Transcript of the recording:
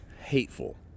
hateful